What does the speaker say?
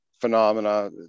phenomena